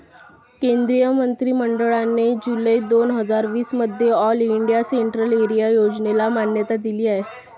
केंद्रीय मंत्रि मंडळाने जुलै दोन हजार वीस मध्ये ऑल इंडिया सेंट्रल एरिया योजनेला मान्यता दिली आहे